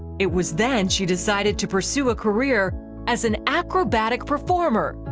it was then she decided to pursue a career as an acrobatic performer.